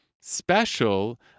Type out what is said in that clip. special